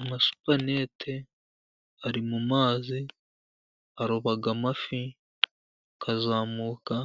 Amasupanete ari mu mazi, aroba amafi akazamuka.